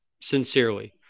Sincerely